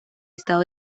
estado